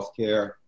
healthcare